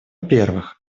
первых